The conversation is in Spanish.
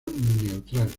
neutral